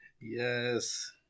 Yes